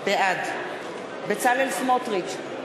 בעד בצלאל סמוטריץ,